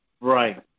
Right